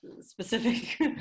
specific